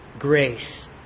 Grace